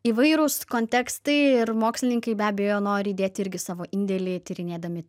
įvairūs kontekstai ir mokslininkai be abejo nori įdėti irgi savo indėlį tyrinėdami